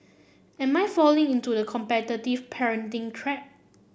am I falling into the competitive parenting trap